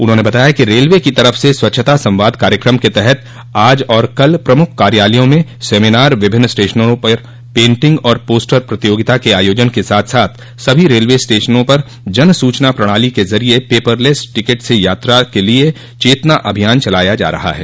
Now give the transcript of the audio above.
उन्होंने बताया कि रेलवे की तरफ से स्वच्छता संवाद कार्यक्रम के तहत आज और प्रमुख कार्यालयों में सेमिनार विभिन्नर स्टेशनों पर पेन्टिग और पोस्टर प्रतियोगिता के आयोजन के साथ साथ सभी रेलवे स्टेशनों पर जन सूचना प्रणाली के जरिये पेपरलेस टिकट से यात्रा के लिए चेतना अभियान चलाया जायेगा